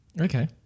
Okay